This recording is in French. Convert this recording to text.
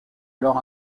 alors